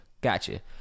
Gotcha